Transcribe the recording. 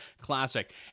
classic